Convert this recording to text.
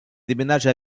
déménage